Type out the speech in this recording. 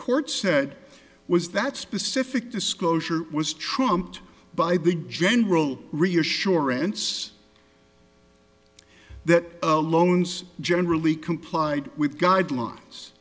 court said was that specific disclosure was trumped by big general reassurance that loans generally complied with guidelines